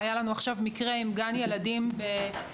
היה לנו עכשיו מקרה עם גן ילדים בחיפה